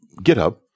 GitHub